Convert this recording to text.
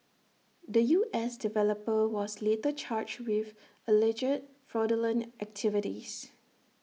the U S developer was later charged with alleged fraudulent activities